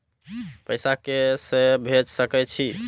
पैसा के से भेज सके छी?